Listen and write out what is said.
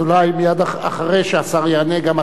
מייד אחרי שהשר יענה גם אתה,